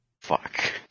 fuck